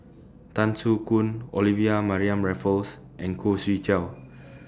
Tan Soo Khoon Olivia Mariamne Raffles and Khoo Swee Chiow